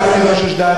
ז'דנוב לא היה שר תרבות.